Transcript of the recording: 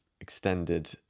extended